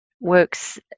works